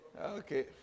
Okay